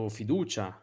fiducia